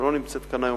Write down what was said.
שלא נמצאת כאן היום,